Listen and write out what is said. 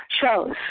shows